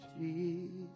Jesus